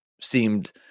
seemed